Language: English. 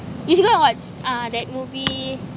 you should go and watch uh that movie